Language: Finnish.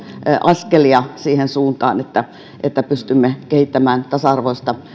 askelia siihen suuntaan että että pystymme kehittämään tasa arvoista